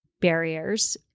barriers